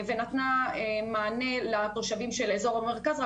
ונתנה מענה לתושבים של אזור המרכז,